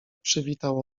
przywitał